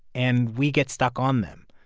and we get stuck on them.